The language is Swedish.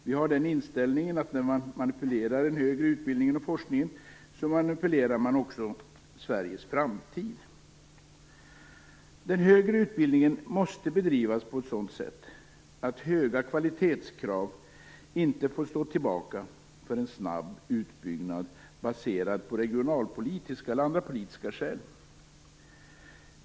Vi har inställningen att när man manipulerar den högre utbildningen och forskningen så manipulerar man också Sveriges framtid. Den högre utbildningen måste bedrivas på ett sådant sätt att höga kvalitetskrav inte får stå tillbaka för en snabb utbyggnad baserad på regionalpolitiska eller andra politiska skäl.